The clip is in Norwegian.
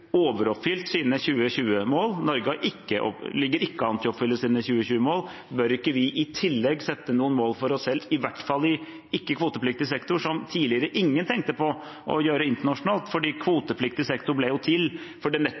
overoppfylt sine 2020-mål, og Norge ligger ikke an til å oppfylle sine 2020-mål. Bør ikke vi i tillegg sette noen mål for oss selv, i hvert fall i ikke-kvotepliktig sektor? Det var noe ingen tidligere tenkte på å gjøre internasjonalt, for kvotepliktig sektor ble jo til fordi det nettopp var de spørsmålene som egner seg best for